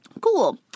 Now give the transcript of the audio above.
Cool